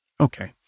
Okay